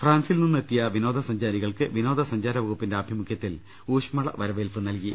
ഫ്രാൻസിൽ നിന്ന് എത്തിയ വിനോദസഞ്ചാരികൾക്ക് വിനോദ സഞ്ചാര വകുപ്പിന്റെ ആഭിമുഖ്യത്തിൽ ഊഷ്മളമായ വരവേല്പ് നൽകി